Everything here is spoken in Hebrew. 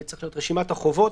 צריך להיות: רשימת החובות,